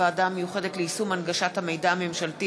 הוועדה המיוחדת ליישום הנגשת המידע הממשלתי